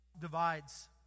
divides